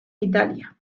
italia